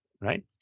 Right